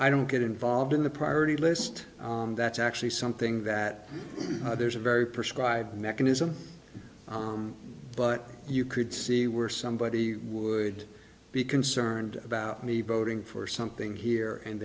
i don't get involved in the priority list that's actually something that there's a very perspired mechanism but you could see where somebody would be concerned about me voting for something here and